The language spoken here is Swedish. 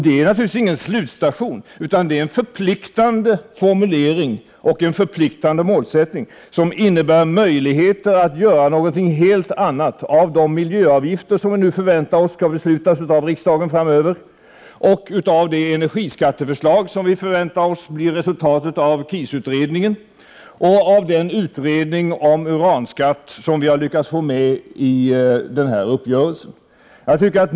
Det är naturligtvis inte någon slutstation utan en förpliktande formulering och en förpliktande målsättning, som innebär möjligheter att framöver göra något helt annat av de miljöavgifter som vi nu förväntar oss skall beslutas av riksdagen och av det energiskatteförslag som vi förväntar oss blir resultatet av KIS-utredningen liksom av den utredning om uranskatt som vi har lyckats få med i den här uppgörelsen.